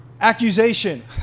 Accusation